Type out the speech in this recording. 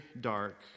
dark